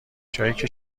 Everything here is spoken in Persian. جاییکه